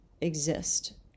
exist